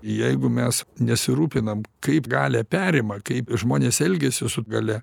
jeigu mes nesirūpinam kaip galią perima kaip žmonės elgiasi su galia